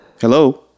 hello